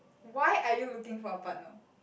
why are you looking for a partner